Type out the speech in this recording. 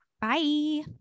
Bye